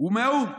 הוא מהאו"ם,